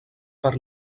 per